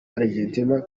argentina